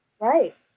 Right